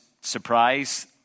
surprise